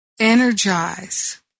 energize